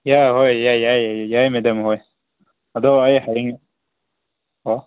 ꯌꯥ ꯍꯣꯏ ꯌꯥꯏ ꯌꯥꯏ ꯌꯥꯏ ꯃꯦꯗꯥꯝ ꯍꯣꯏ ꯑꯗꯣ ꯑꯩ ꯍꯌꯦꯡ ꯑꯣ